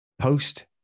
post